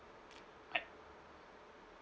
I